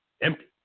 empty